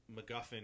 MacGuffin